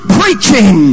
preaching